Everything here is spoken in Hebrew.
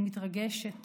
אני מתרגשת